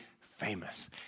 famous